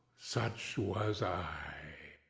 such was i!